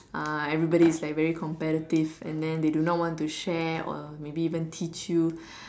uh everybody is like very competitive and then they do not want to share or maybe even teach you